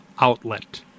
Outlet